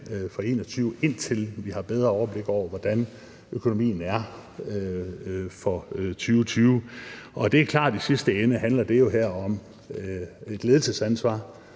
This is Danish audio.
for 2021, indtil vi har et bedre overblik over, hvordan økonomien er for 2020. Det er klart, at det her i sidste ende handler om et ledelsesansvar,